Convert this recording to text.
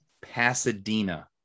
Pasadena